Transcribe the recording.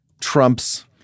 Trump's